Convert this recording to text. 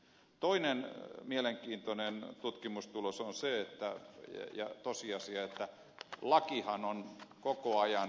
toinen mielenkiintoinen tutkimustulos ja tosiasia on se että lakihan on koko ajan pirstaloitunut